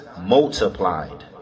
multiplied